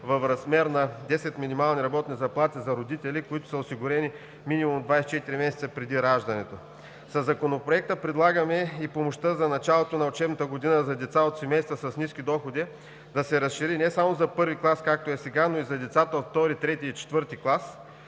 в размер на десет минимални работни заплати за родители, които са осигурени минимум 24 месеца преди раждането. Със Законопроекта предлагаме и помощта за началото на учебната година за деца от семейства с ниски доходи да се разшири не само за I клас, както е сега, но и за децата от II, III и IV клас.